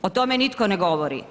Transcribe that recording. O tome nitko ne govori.